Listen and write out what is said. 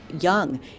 young